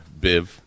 Biv